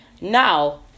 Now